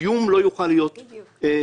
איום לא יוכל להיות התגרות,